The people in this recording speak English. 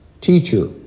Teacher